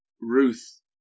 Ruth